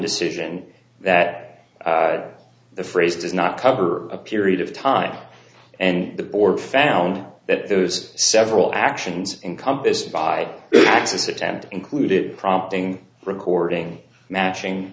decision that the phrase does not cover a period of time and the board found that those several actions in compass by axis attempt included prompting recording matching